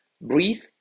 breathe